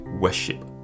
worship